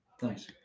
Thanks